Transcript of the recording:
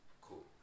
Cool